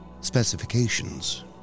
Specifications